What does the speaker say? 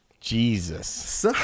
Jesus